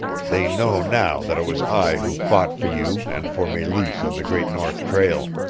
they know now that it was i who fought for you and for meleese on the great north trail.